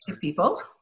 People